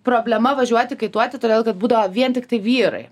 problema važiuoti kaituoti todėl kad būdavo vien tiktai vyrai